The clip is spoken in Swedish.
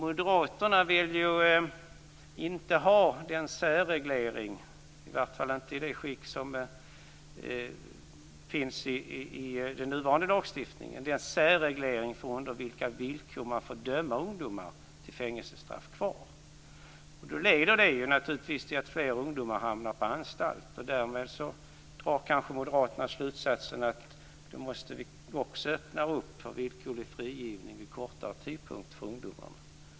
Moderaterna vill ju inte ha kvar särregleringen, i varje fall inte i det skick den har i nuvarande lagstiftning, för under vilka villkor man får döma ungdomar till fängelsestraff. Detta leder naturligtvis till att fler ungdomar hamnar på anstalt, och därmed drar kanske moderaterna slutsatsen att man måste öppna för villkorlig frigivning efter kortare tid för ungdomarna.